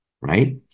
right